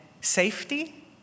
safety